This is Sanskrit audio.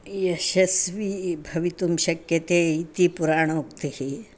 यशस्वी भवितुं शक्यते इति पुराणोक्तिः